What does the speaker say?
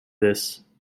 this